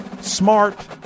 Smart